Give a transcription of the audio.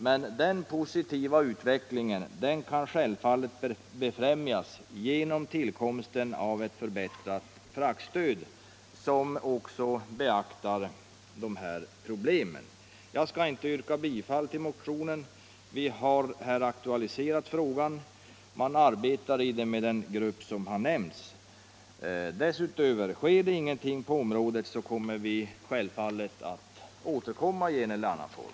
Men en sådan positiv utveckling kan givetvis befrämjas genom tillkomsten av ett förbättrat fraktstöd som också beaktar dessa problem. Jag skall inte yrka bifall till motionen. Vi har aktualiserat frågan, och man arbetar med den i den grupp som här har nämnts. Sker det emellertid ingenting på området skall vi självfallet återkomma i en eller annan form.